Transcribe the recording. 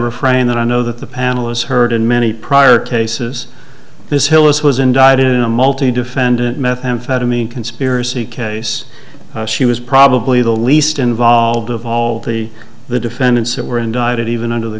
refrain that i know that the panelists heard in many prior cases this hillis was indicted in a multi defendant methamphetamine conspiracy case she was probably the least involved of all the the defendants that were indicted even under the